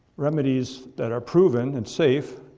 remedies that are proven and safe,